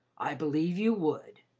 i believe you would!